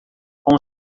com